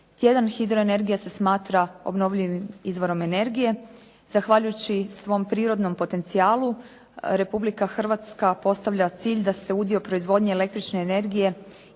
tjedan hidroenergija se smatra obnovljivim izvorom energije. Zahvaljujući svom prirodnom potencijalu Republika Hrvatska postavlja cilj da se udio proizvodnje električne energije